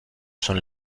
son